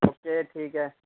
okay ٹھیک ہے